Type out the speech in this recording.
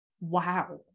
Wow